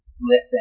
Listen